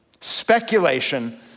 Speculation